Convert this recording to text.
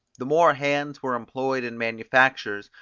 the more hands were employed in manufactures,